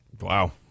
Wow